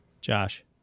Josh